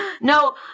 no